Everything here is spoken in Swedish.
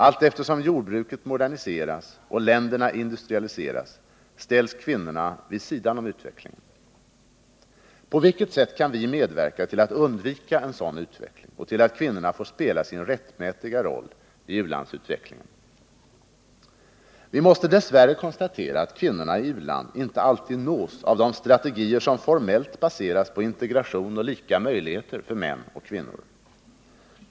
Allteftersom jordbruket moderniseras och länderna industrialiseras ställs kvinnorna vid sidan om utvecklingen. På vilket sätt kan vi medverka till att undvika en sådan utveckling och till att kvinnorna får spela sin rättmätiga roll i u-landsutvecklingen? Vi måste dess värre konstatera att kvinnorna i u-land inte alltid nås av de strategier som formellt baseras på integration och lika möjligheter för män och kvinnor.